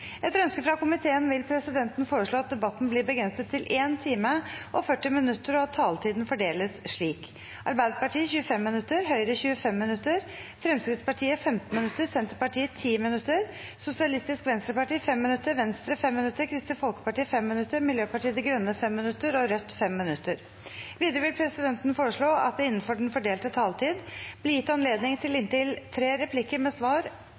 Etter ønske fra næringskomiteen vil presidenten foreslå at debatten blir begrenset til 1 time og 40 minutter, og at taletiden fordeles slik: Arbeiderpartiet 25 minutter, Høyre 25 minutter, Fremskrittspartiet 15 minutter, Senterpartiet 10 minutter, Sosialistisk Venstreparti 5 minutter, Venstre 5 minutter, Kristelig Folkeparti 5 minutter, Miljøpartiet De Grønne 5 minutter og Rødt 5 minutter. Videre vil presidenten foreslå at det – innenfor den fordelte taletid – blir gitt anledning til replikkordskifte på inntil tre replikker med svar